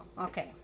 okay